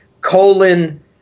colon